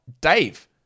Dave